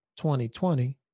2020